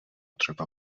třeba